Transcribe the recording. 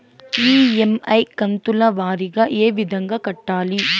EMI కంతుల వారీగా ఏ విధంగా కట్టాలి